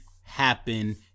happen